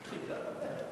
ההצעה להעביר את